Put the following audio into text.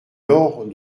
laure